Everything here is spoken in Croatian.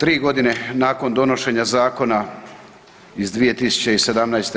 Tri godine nakon donošenja zakona iz 2017.